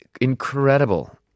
incredible